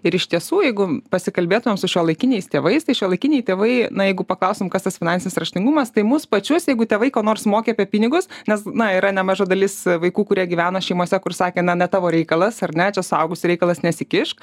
ir iš tiesų jeigu pasikalbėtumėm su šiuolaikiniais tėvais tai šiuolaikiniai tėvai na jeigu paklaustum kas tas finansinis raštingumas tai mus pačius jeigu tėvai ko nors mokė apie pinigus nes na yra nemaža dalis vaikų kurie gyvena šeimose kur sakė na ne tavo reikalas ar ne čia suaugusių reikalas nesikišk